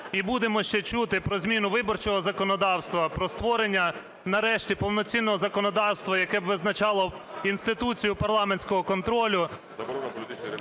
і будемо ще чути про зміну виборчого законодавства, про створення, нарешті, повноцінного законодавства, яке б визначало інституцію парламентського контролю,